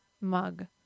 mug